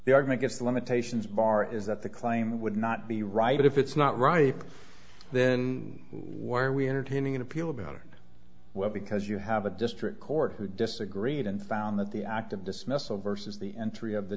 they are going to guess the limitations bar is that the claim would not be right if it's not right then why are we entertaining an appeal about it well because you have a district court who disagreed and found that the act of dismissal vs the entry of the